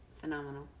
phenomenal